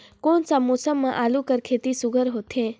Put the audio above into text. कोन सा मौसम म आलू कर खेती सुघ्घर होथे?